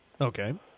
Okay